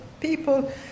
people